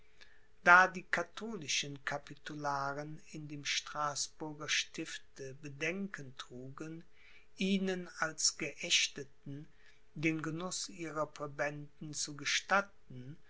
da die katholischen capitularen in dem straßburger stifte bedenken trugen ihnen als geächteten den genuß ihrer präbenden zu gestatten